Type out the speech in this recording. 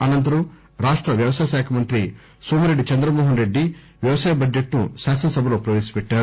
అనంతరం రాష్ట వ్యవసాయ శాఖ మంత్రి నోమిరెడ్డి చంద్రమోహన్రెడ్డి వ్యవసాయ బడ్లెట్ను శాసనసభలో ప్రపేశపెట్టారు